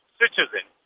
citizen